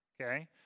Okay